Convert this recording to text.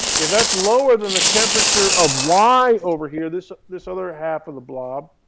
if that's lower than the temperature of y over here, this this other half of the blob,